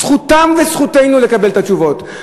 זכותם וזכותנו לקבל את התשובות.